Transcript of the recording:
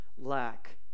Lack